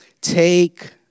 Take